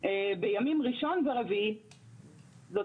אין איזה מקום אחד שהוא מתכלל.